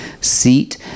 seat